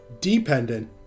dependent